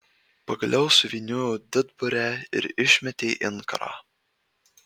pagaliau suvyniojo didburę ir išmetė inkarą